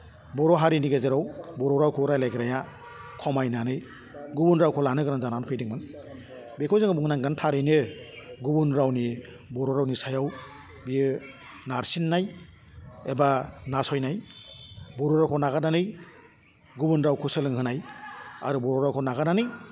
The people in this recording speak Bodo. बर' हारिनि गेजेराव बर' रावखौ रायलायग्राया खमायनानै गुबुन रावखौ लानो गोनां जानानै फैदोंमोन बेखौ जोङो बुंनांगोन थारैनो गुबुन रावनि बर' रावनि सायाव बियो नारसिन्नाय एबा नासयनाय बर' रावखौ नागारनानै गुबुन रावखौ सोलों होनाय आरो बर' रावखौ नागारनानै